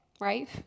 right